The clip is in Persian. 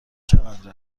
چقدر